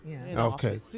Okay